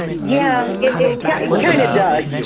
yeah, it kind kind of does.